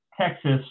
Texas